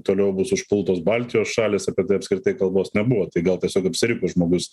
toliau bus užpultos baltijos šalys apie tai apskritai kalbos nebuvo tai gal tiesiog apsiriko žmogus